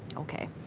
and okay,